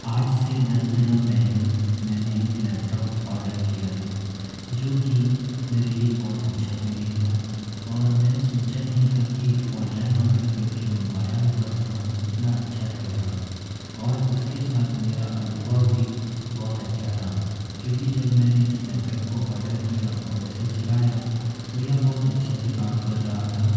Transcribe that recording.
आज से दस दिनों पहले मैंने एक लैपटॉप ऑडर किया था जो की मेरे लिए बहुत अच्छा भी निकला और मैंने सोचा नहीं था की ऑनलाइन ऑडर करके मंगवाया हुआ समान इतना अच्छा रहेगा और इसके साथ मेरा अनुभव भी बहुत अच्छा रहा क्योंकि जब मैने इस लैपटॉप को ऑडर किया और इसे चलाया तो यह बहुत अच्छे से काम कर रहा था